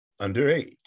underage